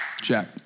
Jack